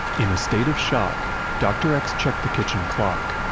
in a state of shock, dr. x checked the kitchen clock,